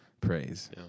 praise